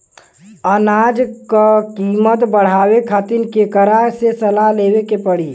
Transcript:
अनाज क कीमत बढ़ावे खातिर केकरा से सलाह लेवे के पड़ी?